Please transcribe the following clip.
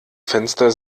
fenster